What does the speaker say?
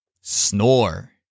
Snore